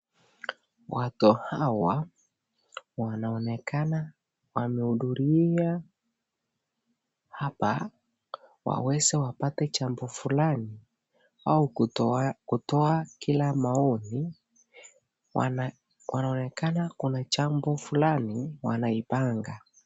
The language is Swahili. Watu hawa wanaonekana wamehuduria hapa waweze wapate jambo fulani au kutoa kila maoni. Wanaonekana kuna jambo fulani wanaipanga.